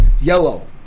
yellow